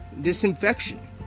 disinfection